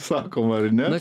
sakoma ar ne